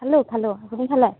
খালো খালো আপুনি খালে